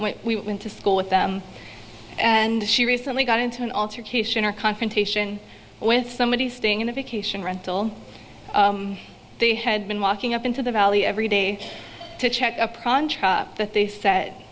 when we went to school with them and she recently got into an altercation or confrontation with somebody staying in a vacation rental they had been walking up into the valley every day to check up pronto they said